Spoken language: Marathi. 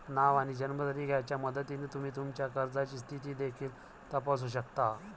नाव आणि जन्मतारीख यांच्या मदतीने तुम्ही तुमच्या कर्जाची स्थिती देखील तपासू शकता